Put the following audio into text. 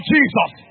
Jesus